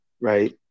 right